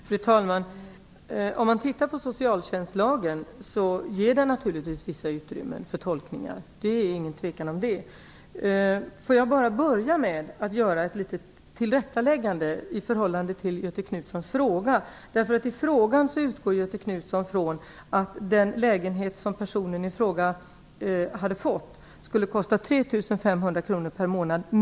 Fru talman! Socialtjänstlagen ger vissa utrymmen för tolkningar. Det råder ingen tvekan om detta. Jag vill börja med att göra ett litet tillrättaläggande beträffande Göthe Knutsons fråga. I frågan utgår Göthe Knutson från att den lägenhet som personen i fråga hade fått skulle kosta 3 500 kr mer per månad.